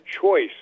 Choice